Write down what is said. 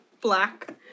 black